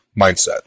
mindset